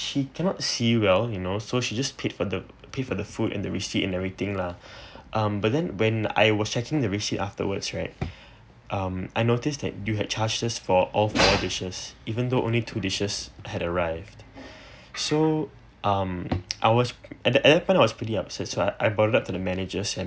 she cannot see well you know so she just paid for the pay for the food and the receipt and everything lah um but then when I was checking the receipt afterwards right um I notice that you had charge us for all of four dishes even though only two dishes had arrived so um I was at that at that point I was pretty upset so I brought up to the managers and